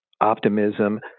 optimism